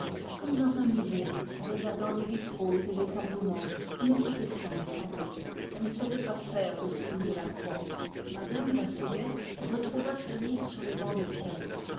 comme dans un musée regardant les vitraux et les ornements une protestante sans doute elle ne savait pas faire le signe de la croix mme lassauguette retrouva fanny sur le banc de pierre